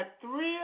three